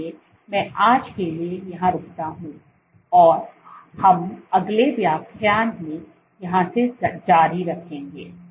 इसलिए मैं आज के लिए यहाँ रुकता हूँ और हम अगले व्याख्यान में यहाँ से जारी रखेंगे